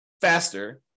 faster